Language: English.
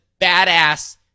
badass